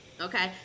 Okay